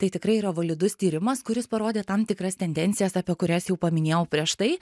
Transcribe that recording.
tai tikrai yra validus tyrimas kuris parodė tam tikras tendencijas apie kurias jau paminėjau prieš tai